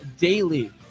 Daily